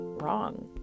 wrong